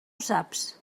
saps